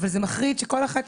אבל זה מחריד שכל אחת.